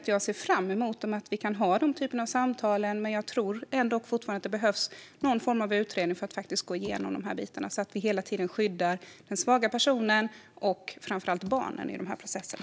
Jag ser fram emot att vi kan ha denna typ av samtal, men jag tror ändå fortfarande att det behövs någon form av utredning för att gå igenom de här bitarna. Vi ska hela tiden se till att skydda den svaga personen och framför allt barnen i de här processerna.